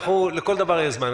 לכל דבר יש זמן.